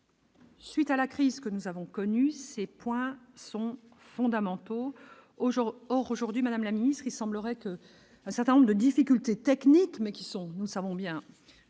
Suite à la crise que nous avons connu ces points sont fondamentaux jour, or aujourd'hui, Madame la Ministre, il semblerait qu'un certain nombre de difficultés techniques, mais qui sont, nous savons bien